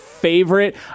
Favorite